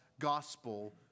gospel